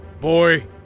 Boy